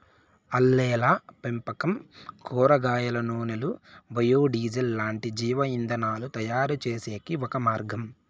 ఆల్గేల పెంపకం కూరగాయల నూనెలు, బయో డీజిల్ లాంటి జీవ ఇంధనాలను తయారుచేసేకి ఒక మార్గం